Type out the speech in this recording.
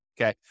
okay